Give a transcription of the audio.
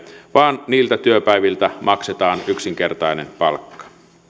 vaan niiltä työpäiviltä maksetaan yksinkertainen palkka